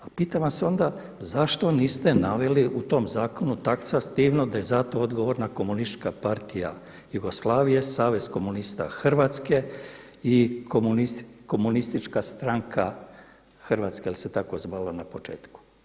Ali pitam vas onda zašto niste naveli u tom zakonu taksativno da je za to odgovorna Komunistička partija Jugoslavije, Savez komunista Hrvatske i Komunistička stranka Hrvatske jer se tako zvala na početku.